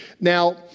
Now